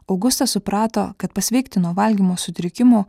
augusta suprato kad pasveikti nuo valgymo sutrikimų